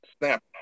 snap